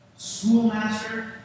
Schoolmaster